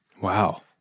Wow